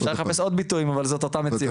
אפשר לחפש עוד ביטויים באותה המציאות.